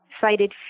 cited